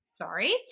Sorry